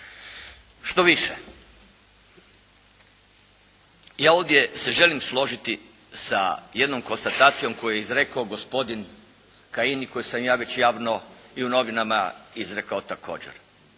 Štoviše ja ovdje se želim složiti sa jednom konstatacijom koju je izrekao gospodin Kajin i koju sam ja već javno i u novinama izrekao također.